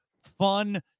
Fun